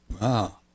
Wow